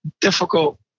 difficult